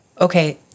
Okay